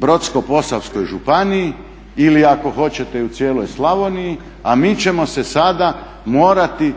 Brodsko-posavskoj županiji ili ako hoćete i u cijeloj Slavoniji a mi ćemo se sada morati